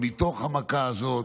מתוך המכה הזאת,